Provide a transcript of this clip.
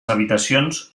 habitacions